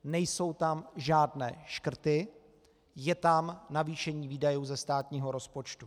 Nejsou tam žádné škrty, je tam navýšení výdajů ze státního rozpočtu.